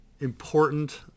important